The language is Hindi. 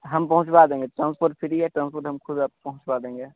हम पहुँचवा देंगे ट्रांसपोर्ट फ्री है ट्रांसपोर्ट हम खुद पहुँचवा देंगे